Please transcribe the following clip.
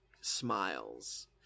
smiles